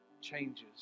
changes